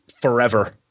forever